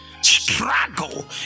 struggle